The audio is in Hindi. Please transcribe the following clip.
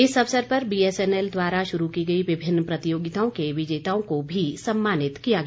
इस अवसर पर बीएसएनएल द्वारा शुरू की गई विभिन्न प्रतियोगिताओं के विजेताओं को भी सम्मानित किया गया